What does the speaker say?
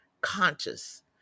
conscious